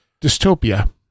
dystopia